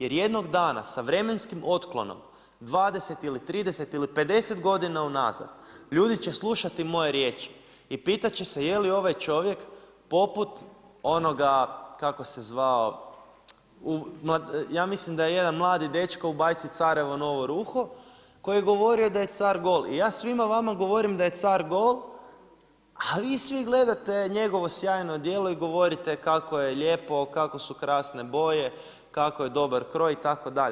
Jer jednog dana sa vremenskim otklonom, 20, 30 ili 50 godina unazad, ljudi će slušati moje riječi i pitat će se je li ovaj čovjek poput onoga, kako se zvao, ja mislim da je jedan mladi dečko u bajci Carevo novo ruho koji je govorio da je car gol i ja svima vama govorim da je car gol a vi svi gledate njegovo sjajno odijelo i govorite kako je lijepo, kako su krasne boje, kako se dobar kroj itd.